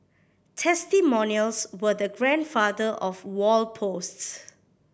testimonials were the grandfather of wall posts